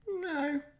No